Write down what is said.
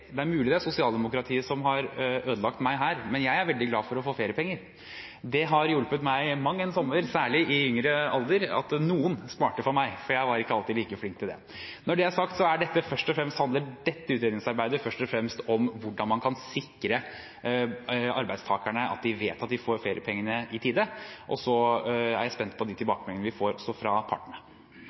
det er mulig det er sosialdemokratiet som har ødelagt meg, men jeg er veldig glad for å få feriepenger. Det har hjulpet meg mang en sommer, særlig i yngre alder, at noen sparte for meg, for jeg var ikke alltid like flink til det. Når det er sagt, handler dette utredningsarbeidet først og fremst om hvordan man kan sikre arbeidstakerne, at de vet at de får feriepengene i tide, og så er jeg spent på de tilbakemeldingene vi får også fra partene.